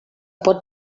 pot